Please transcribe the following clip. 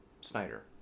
Snyder